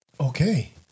okay